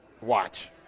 Watch